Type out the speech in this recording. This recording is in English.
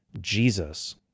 Jesus